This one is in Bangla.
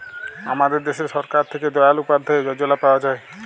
আমাদের দ্যাশে সরকার থ্যাকে দয়াল উপাদ্ধায় যজলা পাওয়া যায়